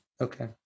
Okay